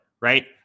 Right